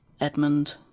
edmund